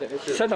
בסדר.